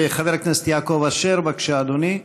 חבר הכנסת יעקב אשר, בבקשה, אדוני.